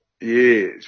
Yes